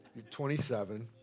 27